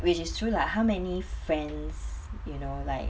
which is true lah how many friends you know like